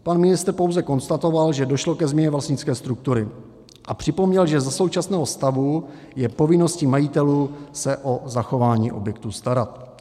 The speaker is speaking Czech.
Pan ministr pouze konstatoval, že došlo ke změně vlastnické struktury, a připomněl, že za současného stavu je povinností majitelů se o zachování objektu starat.